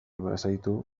bazaitu